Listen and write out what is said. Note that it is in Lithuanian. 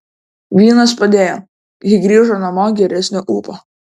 vynas padėjo ji grįžo namo geresnio ūpo